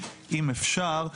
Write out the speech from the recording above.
אם אפשר,